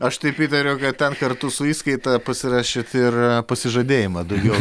aš taip įtariau kad ten kartu su įskaita pasirašėt ir pasižadėjimą daugiau